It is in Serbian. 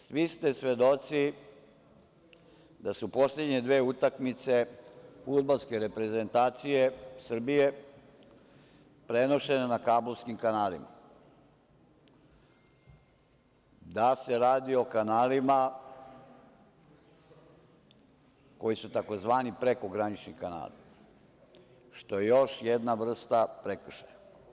Svi ste svedoci da su poslednje dve utakmice fudbalske reprezentacije Srbije prenošene na kablovskim kanalima, da se radi o kanalima koji su tzv. prekogranični kanali, što je još jedna vrsta prekršaja.